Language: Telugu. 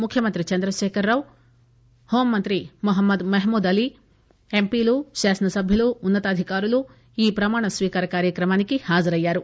ముఖ్యమంత్రి చంద్రశేఖర్ రావు హోంమంత్రి మొహ్మద్ మొహమూద్ అలీ ఎంపీలు శాసనసభ్యులు ఉన్న తాధికారులు ఈ ప్రమాణ స్వీకార కార్యక్రమానికి హాజరయ్యారు